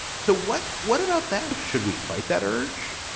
so what what about that? should we fight that urge?